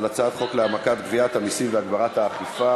ההצעה להעביר את הצעת חוק להעמקת גביית המסים והגברת האכיפה